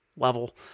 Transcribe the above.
level